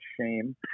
shame